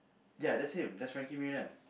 ya that him that's Frankie-Muniz